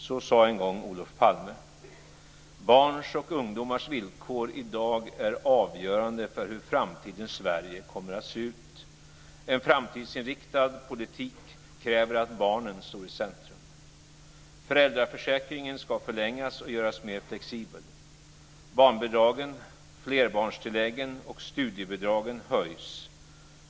Så sade en gång Olof Palme. Barns och ungdomars villkor i dag är avgörande för hur framtidens Sverige kommer att se ut. En framtidsinriktad politik kräver att barnen står i centrum. Föräldraförsäkringen ska förlängas och göras mer flexibel. Barnbidragen, flerbarnstilläggen och studiebidragen höjs.